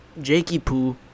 Jakey-Poo